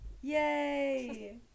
Yay